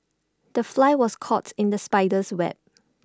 the fly was caught in the spider's web